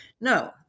No